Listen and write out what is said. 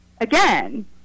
again